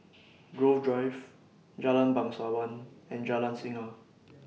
Grove Drive Jalan Bangsawan and Jalan Singa